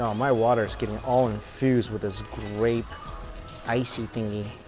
um my water is getting all infused with this grape icy thingy